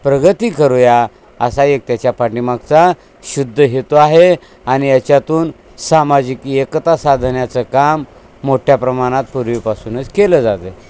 प्रगती करूया असा एक त्याच्या पाठीमागचा शुद्ध हेतु आहे आणि याच्यातून सामाजिक एकता साधण्याचं काम मोठ्या प्रमाणात पूर्वीपासूनच केलं जातं आहे